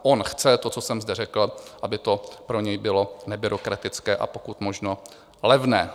On chce to, co jsem zde řekl, aby to pro něj bylo nebyrokratické a pokud možno levné.